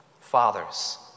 Fathers